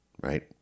right